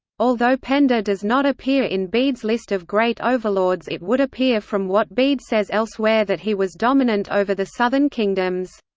although penda does not appear in bede's list of great overlords it would appear from what bede says elsewhere that he was dominant over the southern kingdoms.